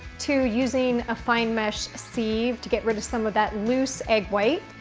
to using a fine mesh sieve to get rid of some of that loose egg white,